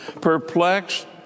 perplexed